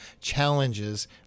challenges